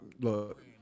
Look